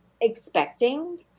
expecting